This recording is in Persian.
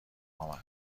آمد